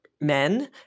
men